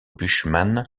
bushman